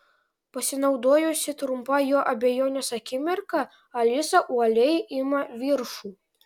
pasinaudojusi trumpa jo abejonės akimirka alisa uoliai ima viršų